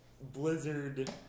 Blizzard